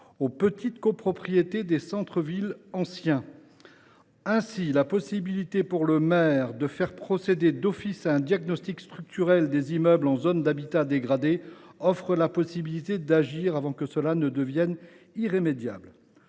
aux petites copropriétés des centres villes anciens. Ainsi, en permettant au maire de faire procéder d’office à un diagnostic structurel des immeubles en zone d’habitat dégradé, on offre la possibilité d’agir avant que la situation ne devienne irrémédiable.